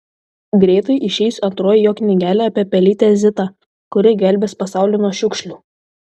greitai išeis antroji jo knygelė apie pelytę zitą kuri gelbės pasaulį nuo šiukšlių